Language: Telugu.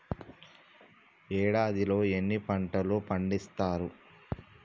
ఏడాదిలో ఎన్ని పంటలు పండిత్తరు?